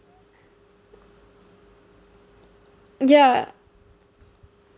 ya